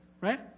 right